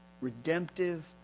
Redemptive